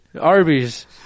Arby's